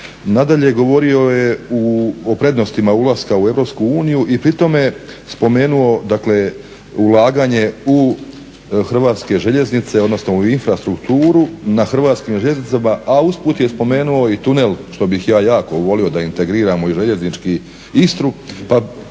Nadalje je govorio o prednostima ulaska u Europsku uniju i pri tome spomenuo, dakle ulaganje u Hrvatske željeznice odnosno u infrastrukturu na Hrvatskim željeznicama, a usput je spomenuo i tunel, što bih ja jako volio da integriramo i željeznički Istru,